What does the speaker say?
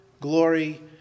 glory